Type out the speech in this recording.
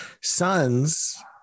Sons